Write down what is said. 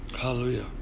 Hallelujah